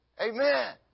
Amen